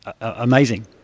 amazing